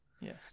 Yes